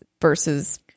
versus